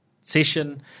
session